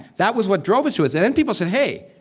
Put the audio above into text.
that was what drove us to it. then people say, hey,